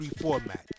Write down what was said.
format